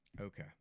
Okay